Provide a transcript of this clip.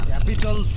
Capital